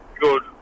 good